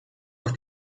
auch